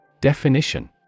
Definition